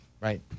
right